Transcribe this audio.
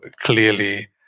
clearly